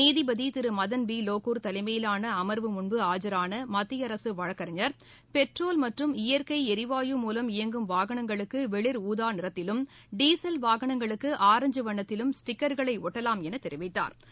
நீதிபதிதிருமதன் பிலோகூர் தலைமையிலானஅமர்வு முன்பு ஆஜரானமத்தியஅரசின் வழக்கறிஞர் பெட்ரோல் மற்றும் இயற்கைளிவாயு மூலம் இயங்கும் வாகனங்களுக்குவெளிர் ஊதாநிறத்திலும் டீசல் வாகனங்களுக்குஆரஞ்ச் வண்ணத்திலும் ஸ்டிக்கா்களைஒட்டலாம் எனதெரிவித்தாா்